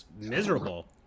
miserable